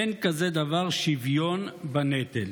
אין כזה דבר שוויון בנטל,